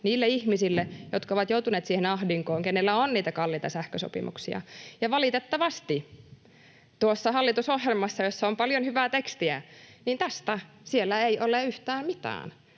niille ihmisille, jotka ovat joutuneet siihen ahdinkoon, että heillä on niitä kalliita sähkösopimuksia. Valitettavasti tuossa hallitusohjelmassa, jossa on paljon hyvää tekstiä, ei ole tästä yhtään mitään.